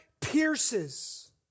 pierces